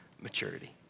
maturity